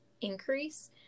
increase